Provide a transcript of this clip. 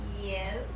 Yes